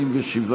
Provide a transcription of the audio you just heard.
325 לא נתקבלה.